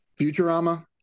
Futurama